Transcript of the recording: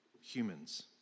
humans